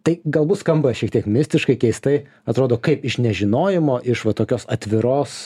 tai galbūt skamba šiek tiek mistiškai keistai atrodo kaip iš nežinojimo iš va tokios atviros